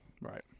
Right